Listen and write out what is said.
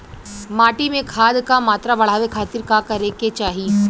माटी में खाद क मात्रा बढ़ावे खातिर का करे के चाहीं?